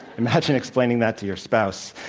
imagine explaining that to your spouse.